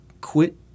quit